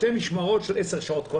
משמרות של 10 שעות.